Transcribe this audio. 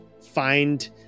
find